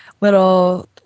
little